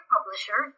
publisher